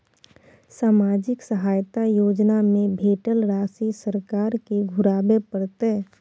सामाजिक सहायता योजना में भेटल राशि सरकार के घुराबै परतै?